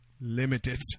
Limited